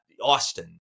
austin